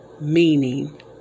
meaning